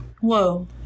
Whoa